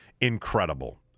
incredible